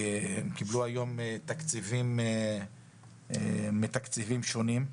הם קיבלו היום תקציבים מתקציבים שונים,